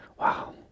Wow